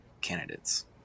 candidates